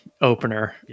opener